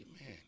man